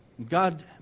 God